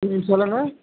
இது சொல்லுங்கள்